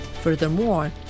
Furthermore